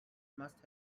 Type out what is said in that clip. must